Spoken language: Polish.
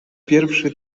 pierwszy